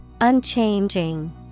Unchanging